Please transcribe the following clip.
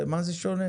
במה זה שונה?